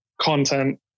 content